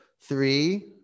Three